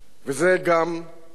וזו גם תפיסתי: